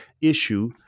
issue